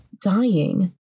dying